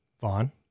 Vaughn